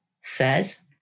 says